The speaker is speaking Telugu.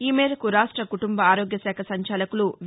ఈ మేరకు రాష్ట కుటుంబ ఆరోగ్యశాఖ సంచాలకులు వి